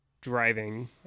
Driving